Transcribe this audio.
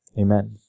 Amen